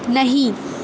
نہیں